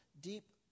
deep